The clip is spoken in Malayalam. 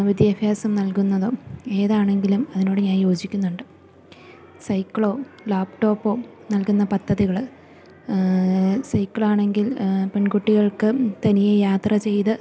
വിദ്യാഭ്യാസം നൽകുന്നതോ ഏതാണെങ്കിലും അതിനോട് ഞാൻ യോജിക്കുന്നുണ്ട് സൈക്കിളോ ലാപ്ടോപ്പോ നൽകുന്ന പദ്ധതികള് സൈക്കിളാണെങ്കിൽ പെൺകുട്ടികൾക്ക് തനിയെ യാത്ര ചെയ്ത്